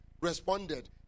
responded